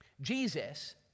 Jesus